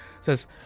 says